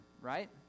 right